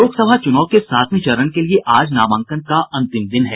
लोकसभा चुनाव के सातवें चरण के लिए आज नामांकन का अंतिम दिन है